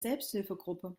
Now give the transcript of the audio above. selbsthilfegruppe